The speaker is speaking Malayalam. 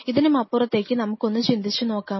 ഇതിനും അപ്പുറത്തേക്ക് നമുക്കൊന്ന് ചിന്തിച്ചു നോക്കാം